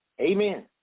Amen